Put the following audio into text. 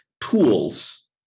tools